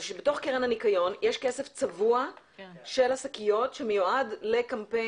שבתוך קרן הניקיון יש כסף צבוע של השקיות שמיועד לקמפיין.